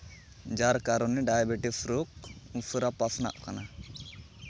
ᱡᱟᱨ ᱠᱟᱨᱚᱱᱮ ᱰᱟᱭᱵᱮᱴᱤᱥ ᱨᱳᱜᱽ ᱛᱷᱚᱲᱟ ᱯᱟᱥᱱᱟᱜ ᱠᱟᱱᱟ